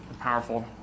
powerful